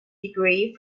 degree